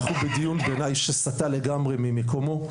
אנחנו בדיון בעיני שסטה לגמרי ממקומו,